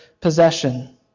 possession